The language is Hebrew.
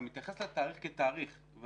אתה מתייחס לתאריך כתאריך,